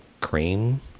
cream